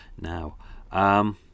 Now